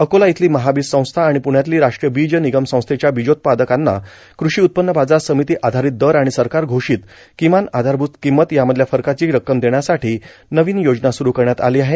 अकोला इथली महाबीज संस्थाा आणि पुण्यातली राष्ट्रीय बीज निगम संस्थेच्या बीजोत्पादकांना कुषी उत्पव्न बाजार समिती आधारित दर आणि सरकार घेषित किमान आधारभूत किंमत यामधल्या फरकाची रक्कम देण्यासाठी नवीन योजना सुरू करण्यात आली आहे